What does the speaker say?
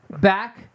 Back